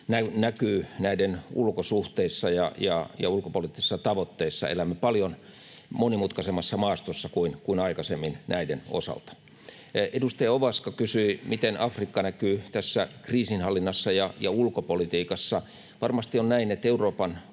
näkyy näiden ulkosuhteissa ja ulkopoliittisissa tavoitteissa. Elämme näiden osalta paljon monimutkaisemmassa maastossa kuin aikaisemmin. Edustaja Ovaska kysyi, miten Afrikka näkyy kriisinhallinnassa ja ulkopolitiikassa: Varmasti on näin, että Euroopan